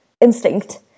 instinct